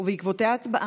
ובעקבותיה הצבעה.